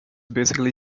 basically